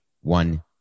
one